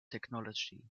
technology